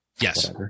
yes